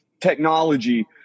technology